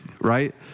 right